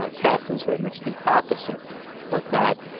ah taft was very much the opposite of that.